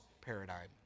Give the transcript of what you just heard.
paradigm